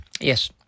Yes